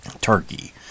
turkey